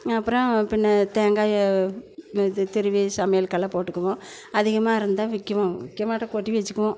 அப்புறம் பின்ன தேங்காயை இது திருவி சமையலுக்கெல்லாம் போட்டுக்குவோம் அதிகமாக இருந்தா விற்குவோம் விற்க மாட்டோம் கொட்டி வச்சுக்குவோம்